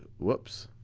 whoops.